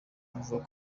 avuga